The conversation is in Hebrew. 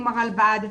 עם הרלב"ד,